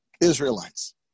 Israelites